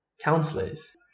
counselors